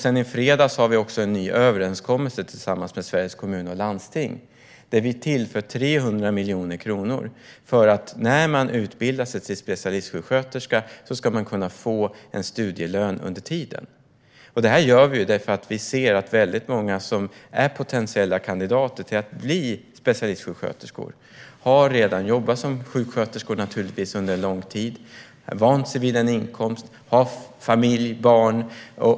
Sedan i fredags har vi också en ny överenskommelse med Sveriges Kommuner och Landsting där vi tillför 300 miljoner kronor för att man ska kunna få en studielön under tiden som man utbildar sig till specialistsjuksköterska. Detta gör vi eftersom vi ser att väldigt många potentiella kandidater till att bli specialistsjuksköterskor redan har jobbat som sjuksköterskor under lång tid. De har därmed vant sig vid en inkomst och har familj och barn.